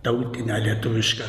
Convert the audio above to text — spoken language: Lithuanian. tautinę lietuvišką